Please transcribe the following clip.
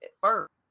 first